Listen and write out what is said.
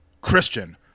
Christian